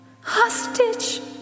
hostage